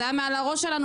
זה היה מעל הראש שלנו,